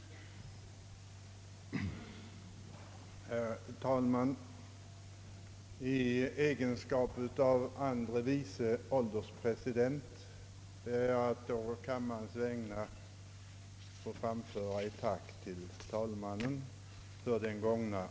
Det är inte ofta talmannen har tillfälle att säga något till kammarens ledamöter, men varje gång det sker tränger det direkt till hjärtat, därför att det alltid rör någonting som för ledamöterna är väsentligt. Så är det också i dag — löftet om hemförlovning togs upp såsom ett löfte om vila från de hårda dagar, som vi nu har fått uppleva. Jag uttalar allas mening då jag önskar herr talmannen en god sommar, inget bekymmer för valrörelsen samt att vi skall träffas igen onsdagen den 16 oktober.